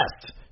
best